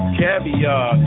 caviar